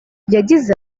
yagize